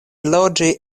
loĝi